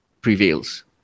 prevails